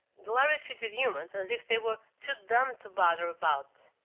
the lhari treated humans as if they were too dumb to bother about.